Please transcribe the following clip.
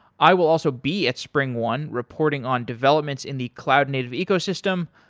i will also be at springone reporting on developments in the cloud native ecosystem.